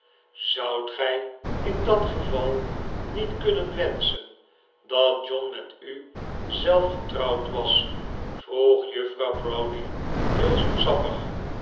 zoudt gij in dat geval niet kunnen wenschen dat john met u zelf getrouwd was vroeg juffrouw browdie heel